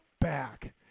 back